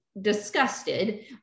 disgusted